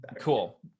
cool